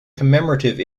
commemorative